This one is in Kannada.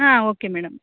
ಹಾಂ ಓಕೆ ಮೇಡಮ್